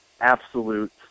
absolute